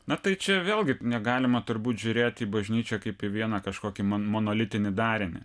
na tai čia vėlgi negalima turbūt žiūrėt į bažnyčią kaip į vieną kažkokį mon monolitinį darinį